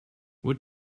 what